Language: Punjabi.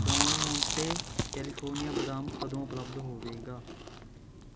ਡੌਨ ਮੋਂਟੇ ਕੈਲੀਫੋਰਨੀਆ ਬਦਾਮ ਕਦੋਂ ਉਪਲੱਬਧ ਹੋਵੇਗਾ